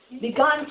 begun